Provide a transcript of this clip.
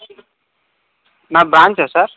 మా branch sir